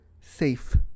Safe